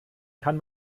kann